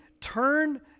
turn